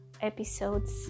episodes